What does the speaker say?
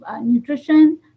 nutrition